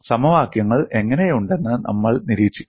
സമവാക്യങ്ങൾ എങ്ങനെയുണ്ടെന്ന് നമ്മൾ നിരീക്ഷിക്കും